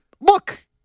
look